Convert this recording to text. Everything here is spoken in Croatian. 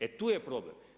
E tu je problem.